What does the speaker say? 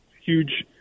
huge